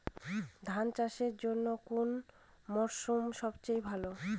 ধান চাষের জন্যে কোন মরশুম সবচেয়ে ভালো?